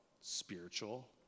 spiritual